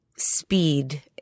speed